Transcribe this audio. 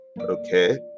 Okay